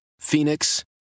Phoenix